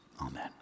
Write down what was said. amen